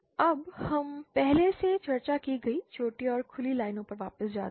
अब हम पहले से चर्चा की गई छोटी और खुली लाइनों पर वापस जाते हैं